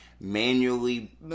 manually